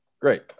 Great